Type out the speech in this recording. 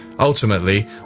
Ultimately